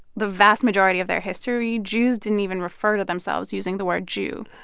the vast majority of their history, jews didn't even refer to themselves using the word jew.